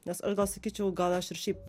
nes aš gal sakyčiau gal aš ir šiaip